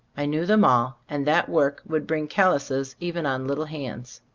i knew them all, and that work would bring callouses even on little hands.